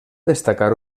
destacar